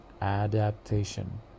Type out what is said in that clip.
adaptation